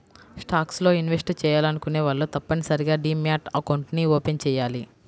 stocks లో invest చెయ్యాలనుకునే వాళ్ళు తప్పనిసరిగా డీమ్యాట్ అకౌంట్ని ఓపెన్ చెయ్యాలి